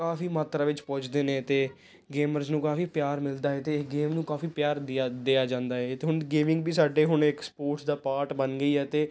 ਕਾਫੀ ਮਾਤਰਾ ਵਿੱਚ ਪੁੱਜਦੇ ਨੇ ਅਤੇ ਗੇਮਰਜ ਨੂੰ ਕਾਫੀ ਪਿਆਰ ਮਿਲਦਾ ਹੈ ਅਤੇ ਇਹ ਗੇਮ ਨੂੰ ਕਾਫੀ ਪਿਆਰ ਦਿਆ ਦਿਆ ਜਾਂਦਾ ਹੈ ਅਤੇ ਹੁਣ ਗੇਮਿੰਗ ਵੀ ਸਾਡੇ ਹੁਣ ਇੱਕ ਸਪੋਰਟਸ ਦਾ ਪਾਰਟ ਬਣ ਗਈ ਹੈ ਅਤੇ